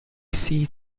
seat